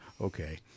Okay